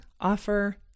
offer